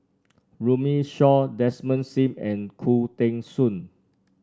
Runme Shaw Desmond Sim and Khoo Teng Soon